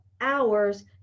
hours